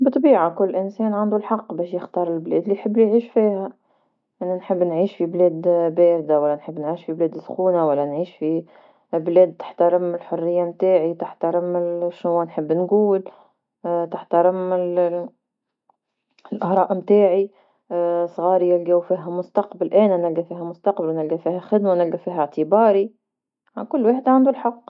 بطبيعة كل انسان عندو الحق باش يختار البلاد لي يحب يعيش فيها، انا نحب نعيش في بلاد باردة ولا نحب نعيش في بلاد سخونة ولا نعيش في بلاد تحترم الحرية نتاعي تحترم شنوا نحب نقول. تحترم الأراء متاعي، لصغاري يلقاو فيها مستقبل انا نلقى فيها مستقبل ونلقى فيها خدمة ونلقى فيها إعتباري، كل واحد عندو الحق.